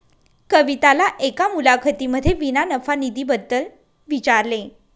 कविताला एका मुलाखतीमध्ये विना नफा निधी बद्दल विचारले